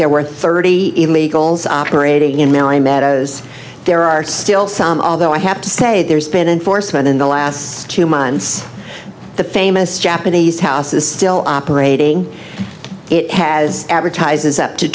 they're worth thirty illegals operating in maryland meadows there are still some although i have to say there's been enforcement in the last two months the famous japanese house is still operating it has advertises up to